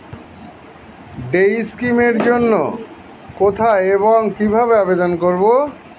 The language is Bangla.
ডে স্কিম এর জন্য কোথায় এবং কিভাবে আবেদন করব?